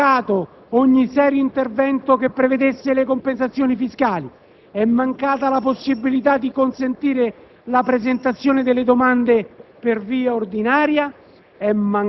È mancato ogni serio intervento che prevedesse le compensazioni fiscali, è mancata la possibilità di consentire la presentazione delle domande per via ordinaria,